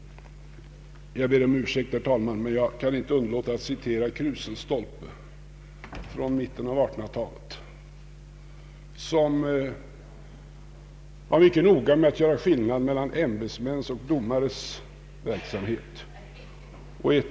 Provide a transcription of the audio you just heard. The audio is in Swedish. Jag ber om ursäkt, herr talman, men jag kan inte underlåta att citera vad Crusenstolpe skrev i mitten på 1800-talet. Han var mycket noga med att göra skillnad mellan ämbetsmäns och domares verksamhet.